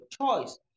choice